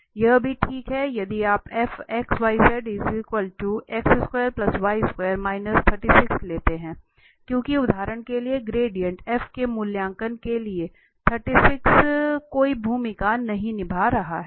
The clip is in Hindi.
यह भी ठीक है यदि आप लेते हैं क्योंकि उदाहरण के लिए ग्रेडिएंट f के मूल्यांकन के लिए 36 कोई भूमिका नहीं निभा रहा है